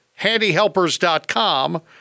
handyhelpers.com